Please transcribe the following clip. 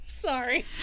Sorry